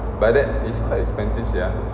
but that is quite expensive sia